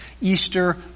Easter